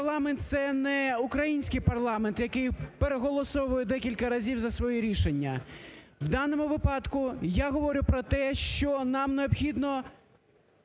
Європарламент – це не український парламент, який переголосовує декілька разів за свої рішення. В даному випадку я говорю про те, що нам необхідно